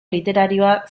literarioa